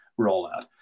rollout